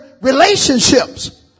relationships